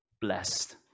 blessed